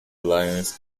lions